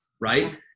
right